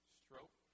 stroke